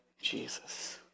Jesus